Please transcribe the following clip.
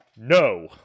No